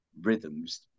rhythms